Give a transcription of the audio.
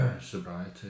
sobriety